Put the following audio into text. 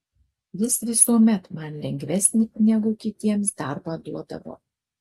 jis visuomet man lengvesnį negu kitiems darbą duodavo